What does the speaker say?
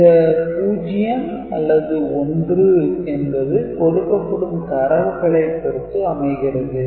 இந்த 0 அல்லது 1 என்பது கொடுக்கப்படும் தரவுகளைப் பொறுத்து அமைகிறது